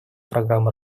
программы